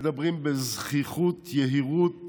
מדברים בזחיחות, ביהירות